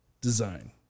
design